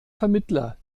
vermittler